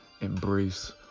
embrace